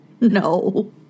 No